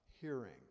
hearing